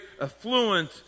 affluent